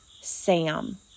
Sam